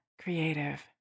creative